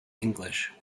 english